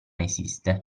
esiste